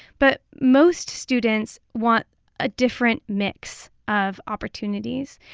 but most students want a different mix of opportunities.